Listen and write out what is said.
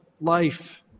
life